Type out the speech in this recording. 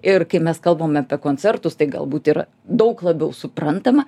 ir kai mes kalbam apie koncertus tai galbūt ir daug labiau suprantama